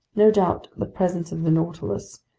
no doubt the presence of the nautilus,